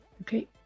Okay